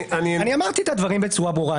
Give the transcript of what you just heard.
אמרתי את הדברים בצורה ברורה.